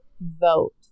vote